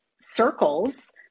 circles